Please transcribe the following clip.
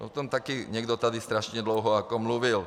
O tom také někdo tady strašně dlouho mluvil.